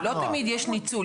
לא תמיד יש ניצול.